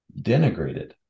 denigrated